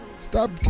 stop